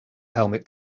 helmet